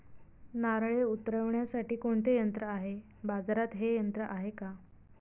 नारळे उतरविण्यासाठी कोणते यंत्र आहे? बाजारात हे यंत्र आहे का?